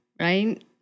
right